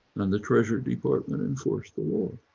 and the treasury department enforced the law.